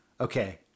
okay